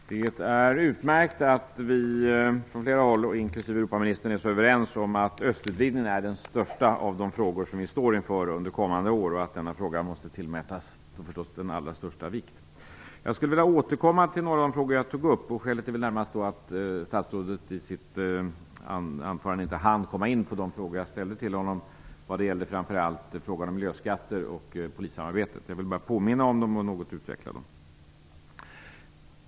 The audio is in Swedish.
Fru talman! Det är utmärkt att vi från flera håll, inklusive Europaministern, är så överens om att östutvidgningen är den största av de frågor som vi står inför under kommande år och att frågan naturligtvis måste tillmätas största vikt. Jag skulle vilja återkomma till några av de frågor som jag tidigare tog upp. Skälet är då närmast att statsrådet i sitt anförande inte hann gå in på de frågor som jag ställde till honom. Det gäller framför allt frågorna om miljöskatter och polissamarbete. Jag vill bara påminna om frågorna och något utveckla dem.